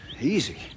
Easy